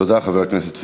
תודה, חבר הכנסת פייגלין.